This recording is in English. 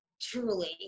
truly